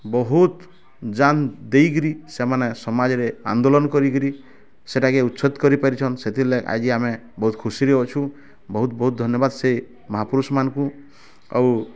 ବହୁତ୍ ଜାନ୍ ଦେଇକିରି ସେମାନେ ସମାଜ୍ରେ ଆନ୍ଦୋଳନ୍ କରିକିରି ସେଟାକେ ଉଚ୍ଛେଦ୍ କରି ପାରିଛନ୍ ସେଥିର୍ ଲାଗି ଆଜି ଆମେ ବହୁତ୍ ଖୁସିରେ ଅଛୁଁ ବହୁତ୍ ବହୁତ୍ ଧନ୍ୟବାଦ୍ ସେ ମହାପୁରୁଷ ମାନଙ୍କୁ ଆଉ